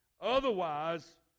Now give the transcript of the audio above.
Otherwise